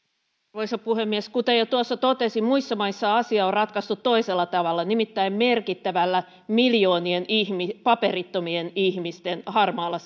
arvoisa puhemies kuten jo tuossa totesin muissa maissa asia on ratkaistu toisella tavalla nimittäin merkittävällä miljoonien paperittomien ihmisten harmaalla